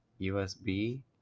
USB